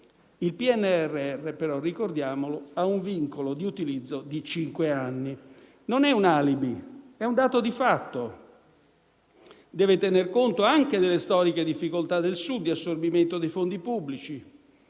Il PNRR però - ricordiamolo - ha un vincolo di utilizzo di cinque anni. Non è un alibi, è un dato di fatto; deve tener conto anche delle storiche difficoltà del Sud di assorbimento dei fondi pubblici.